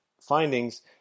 findings